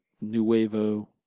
nuevo